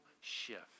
shift